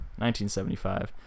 1975